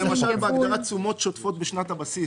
למשל בהגדרה "תשומות שוטפות בשנת הבסיס",